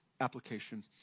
application